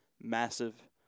massive